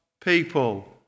people